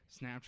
Snapchat